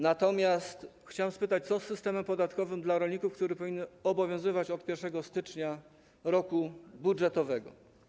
Natomiast chciałem spytać: Co z systemem podatkowym dla rolników, który powinien obowiązywać od 1 stycznia roku budżetowego?